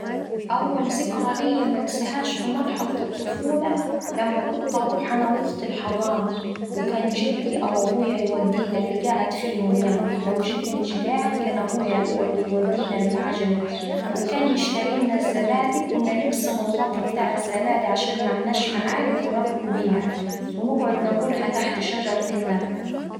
أول ذكرى ليا منسهاش في مرحلة الطفولة لما كت أروح أنا وأختي الحضانة وكان جدي أو أبويا يودينا اللي قاعد فيهم يعني، لو جدي مش قاعد كان أبويا هو اللي يودينا بالعجلة وكان يشترلينا الزبادي كنا نقسم الغطا بتاع الزبادي عشان معناش معالق وناكل بيها، ونقعد ناكلها تحت شجرة النبق.